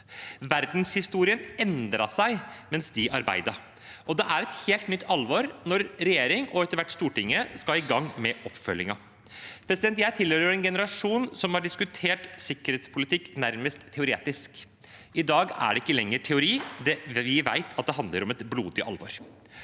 Verdenshistorien endret seg mens de arbeidet, og det er et helt nytt alvor når regjeringen og etter hvert Stortinget skal i gang med oppfølgingen. Jeg tilhører en generasjon som har diskutert sikkerhetspolitikk nærmest teoretisk. I dag er det ikke lenger teori. Vi vet at det handler om blodig alvor.